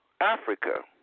Africa